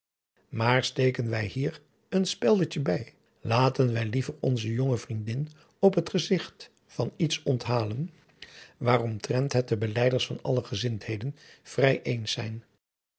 maar steken wij hier een speldetje bij laten wij liever onze jonge vriendin op het gezigt van iets onthalen waaromtrent het de belijders van alle gezindheden vrij eens zijn